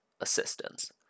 assistance